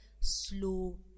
slow